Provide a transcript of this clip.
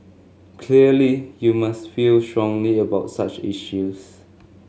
clearly you must feel strongly about such issues